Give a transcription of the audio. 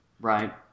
Right